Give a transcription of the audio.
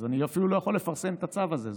אז אני אפילו לא יכול לפרסם את הצו הזה.